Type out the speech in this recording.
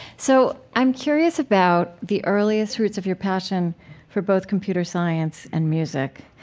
so, i'm curious about the earliest roots of your passion for both computer science and music.